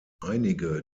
einige